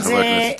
חברי הכנסת.